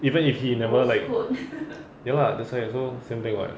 even if he never like ya lah that's why so same thing [what]